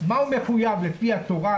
מה הוא מחויב לפי התורה,